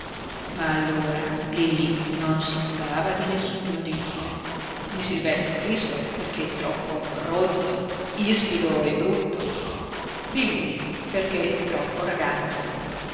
ma allora lillí non si curava di nessuno dei due di silvestro crispo perché troppo rozzo ispido e brutto di lui perché troppo ragazzo